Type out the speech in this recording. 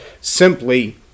simply